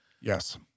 Yes